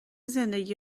زندگی